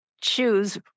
choose